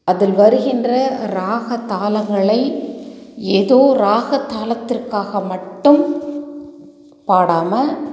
அதில் வருகின்ற ராக தாளங்களை எதோ ராக தாளத்திற்காக மட்டும் பாடாமல்